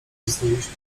zostawiliśmy